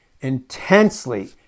intensely